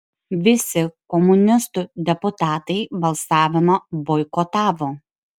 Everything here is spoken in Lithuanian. visi komunistų deputatai balsavimą boikotavo